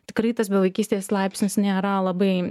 tikrai tas bevaikystės laipsnis nėra labai